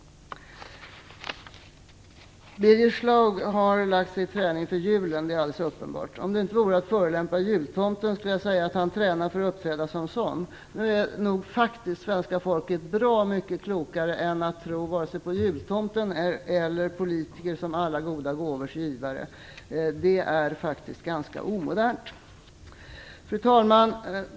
Birger Schlaug har lagt sig i träning inför julen; det är alldeles uppenbart. Om det inte vore att förolämpa jultomten, skulle jag säga att han tränar för att uppträda som en sådan. Nu är nog faktiskt svenska folket bra mycket klokare än att de tror vare sig på jultomten eller på politiker som alla goda gåvors givare. Det är faktiskt ganska omodernt. Fru talman!